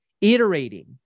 iterating